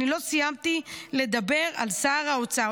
אני לא סיימתי לדבר על שר האוצר.